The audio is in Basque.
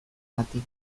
bati